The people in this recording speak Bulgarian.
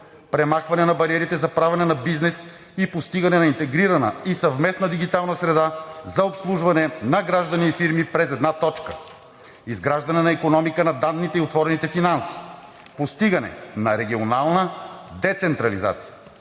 премахване на бариерите за правене на бизнес и постигане на интегрирана и съвместна дигитална среда за обслужване на граждани и фирми през една точка; изграждане на икономика на данните и отворените финанси; постигане на регионална децентрализация;